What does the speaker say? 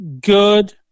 good